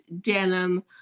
denim